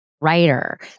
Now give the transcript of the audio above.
writer